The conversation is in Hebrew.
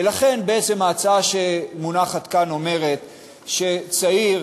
ולכן ההצעה שמונחת כאן אומרת שצעיר,